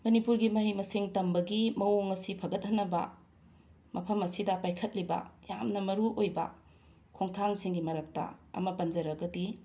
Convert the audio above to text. ꯃꯅꯤꯄꯨꯔꯒꯤ ꯃꯍꯩ ꯃꯁꯤꯡ ꯇꯝꯕꯒꯤ ꯃꯑꯣꯡ ꯑꯁꯤ ꯐꯒꯠꯍꯟꯅꯕ ꯃꯐꯝ ꯑꯁꯤꯗ ꯄꯥꯏꯈꯠꯂꯤꯕ ꯌꯥꯝꯅ ꯃꯔꯨ ꯑꯣꯏꯕ ꯈꯣꯡꯊꯥꯡꯁꯤꯡꯒꯤ ꯃꯔꯛꯇ ꯑꯃ ꯄꯟꯖꯔꯒꯗꯤ